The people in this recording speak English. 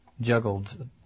juggled